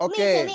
Okay